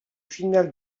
finale